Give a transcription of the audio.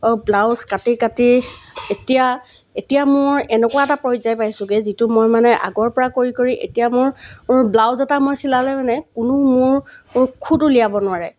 blouse কাটি কাটি এতিয়া এতিয়া মোৰ এনেকুৱা এটা পৰ্যায় পাইছোঁগৈ যিটো মই মানে আগৰপৰা কৰি কৰি এতিয়া মোৰ ব্লাউজ এটা মই চিলালে মানে কোনো মোৰ মোৰ খুঁত উলিয়াব নোৱাৰে